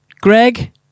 Greg